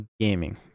gaming